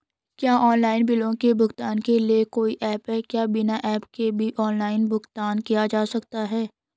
क्या ऑनलाइन बिलों के भुगतान के लिए कोई ऐप है क्या बिना ऐप के भी ऑनलाइन भुगतान किया जा सकता है?